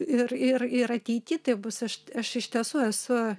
ir ir ir ateity taip bus aš t aš iš tiesų esu